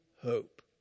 hope